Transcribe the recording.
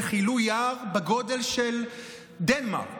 שכילו יער בגודל של דנמרק.